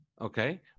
Okay